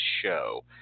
Show